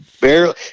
barely